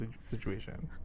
situation